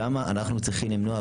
שם אנחנו צריכים למנוע,